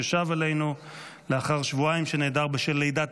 ששב אלינו לאחר שבועיים שנעדר בשל לידת